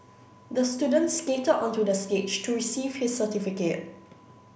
the student skated onto the stage to receive his certificate